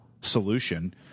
solution